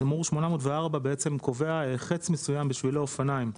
תמרור 804 קובע חץ מסוים בשבילי אופניים,